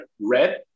red